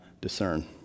discern